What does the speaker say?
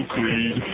Creed